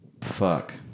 Fuck